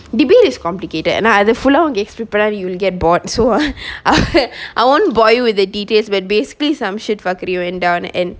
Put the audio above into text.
debate is complicated and அது:athu full ah enagaged பெறகு:peraku you get bored so I won't bore you with the details but basically some shit fuckary went down and